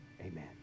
Amen